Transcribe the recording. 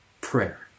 prayer